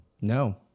No